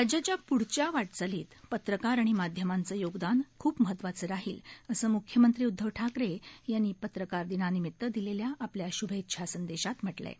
राज्याच्या पुढच्या वाटचालीत पत्रकार आणि माध्यमांचं योगदान ख्प महत्वाचं राहील असं मुखमंत्री उदधव ठाकरे यांनी पप्रकार दिनानिमित दिलेल्या श्भेच्छा संदेशात म्हटलं आहे